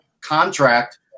contract